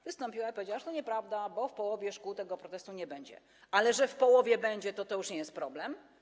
Wystąpiła i powiedziała, że to nieprawda, bo w połowie szkół tego protestu nie będzie, ale że w połowie będzie, to to już nie jest problem?